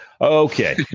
okay